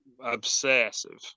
obsessive